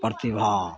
प्रतिभा